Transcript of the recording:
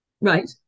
Right